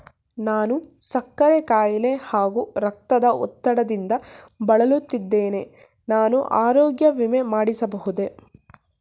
ನಾನು ಸಕ್ಕರೆ ಖಾಯಿಲೆ ಹಾಗೂ ರಕ್ತದ ಒತ್ತಡದಿಂದ ಬಳಲುತ್ತಿದ್ದೇನೆ ನಾನು ಆರೋಗ್ಯ ವಿಮೆ ಮಾಡಿಸಬಹುದೇ?